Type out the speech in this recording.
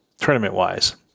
tournament-wise